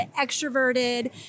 extroverted